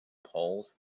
polls